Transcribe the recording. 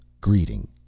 greeting